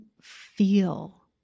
feel